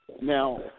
Now